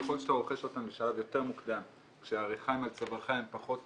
ככל שאתה רוכש אותן בשלב יותר מוקדם כשהריחיים על צווארך הן פחות